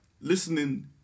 listening